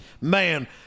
Man